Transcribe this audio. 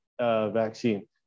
vaccine